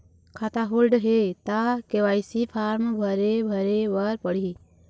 खाता होल्ड हे ता के.वाई.सी फार्म भरे भरे बर पड़ही?